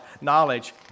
knowledge